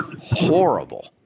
horrible